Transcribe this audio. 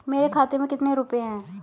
मेरे खाते में कितने रुपये हैं?